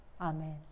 Amen